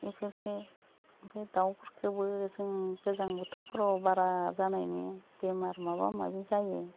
एफोरखो ओमफाय दावफोरखोबो जों गोजां बोथोरफोराव बारा जानाय नुयो बेमार माबा माबि जायो